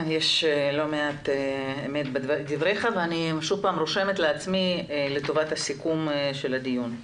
יש לא מעט אמת בדבריך ואני שוב פעם רושמת לעצמי לטובת הסיכום של הדיון.